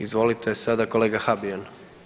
Izvolite sada kolega Habijan.